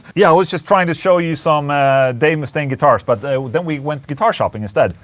yeah, i was just trying to show you some ah dave mustaine guitars but then we went guitar shopping instead,